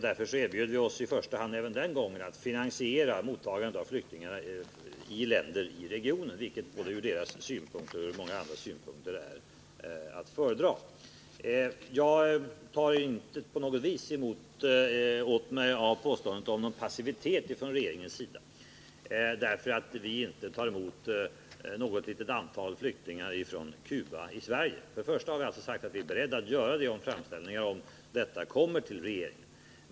Därför erbjöd vi oss även den gången att i första hand finansiera mottagandet av flyktingar i länder i samma region, vilket ur flyktingarnas synpunkt är att föredra. Jag tar inte på något sätt åt mig av påståendet om passivitet från regeringens sida för att vi i Sverige inte tar emot ett litet antal flyktingar från Cuba. Först och främst har vi alltså sagt att vi är beredda att göra det om framställningar kommer till regeringen.